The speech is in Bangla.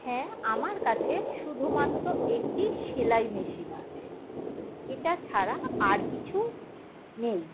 হ্যাঁ আমার কাছে শুধুমাত্র একটি সেলাই মেশিন আছে এটা ছাড়া আর কিছু নেই